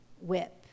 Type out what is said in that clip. whip